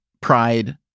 Pride